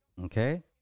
Okay